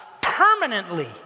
permanently